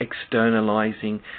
externalizing